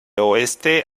oeste